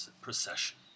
procession